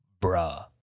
bruh